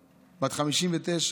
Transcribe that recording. בת 59,